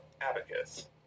abacus